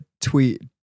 tweet